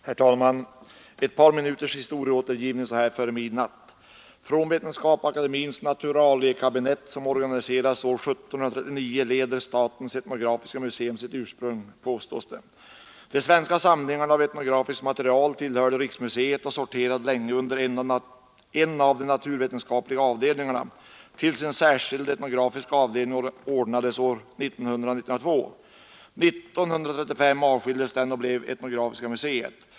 Herr talman! Ett par minuters historieskrivning så här före midnatt. Från Vetenskapsakademiens naturaliekabinett, som organiserades år 1739, leder statens etnografiska museum sitt ursprung, påstås det. De svenska samlingarna av etnografiskt material tillhör riksmuseet och sorterade under en av de naturvetenskapliga avdelningarna tills en särskild etnografisk avdelning ordnades åren 1900—1902. År 1935 avskildes den och blev etnografiska museet.